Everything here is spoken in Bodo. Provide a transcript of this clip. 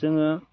जोङो